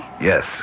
Yes